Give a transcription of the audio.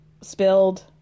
spilled